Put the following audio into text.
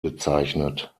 bezeichnet